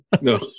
No